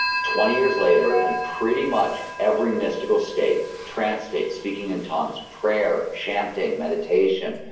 twenty years later and pretty much every mystical state trance states, speaking in tongues, prayer, chanting, meditation,